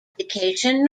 abdication